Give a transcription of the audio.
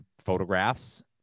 photographs